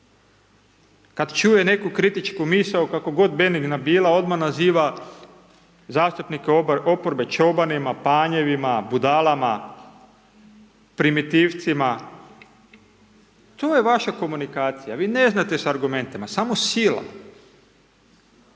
Kad čuje neku kritičku misao, kako god benigna bila odmah naziva zastupnike oporbe čobanima, panjevima, budalama, primitivcima. To je vaša komunikacija, vi ne znate s argumentima, samo silom.